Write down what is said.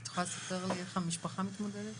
את יכולה להגיד לי איך המשפחה מתמודדת?